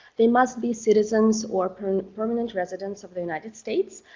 they must be citizens or permanent permanent residents of the united states.